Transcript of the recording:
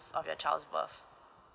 of your child birth